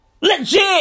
Legit